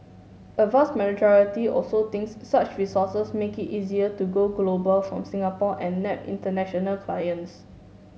a vast majority also thinks such resources make it easier to go global from Singapore and nab international clients